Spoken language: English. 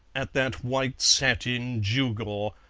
at that white-satin gew-gaw,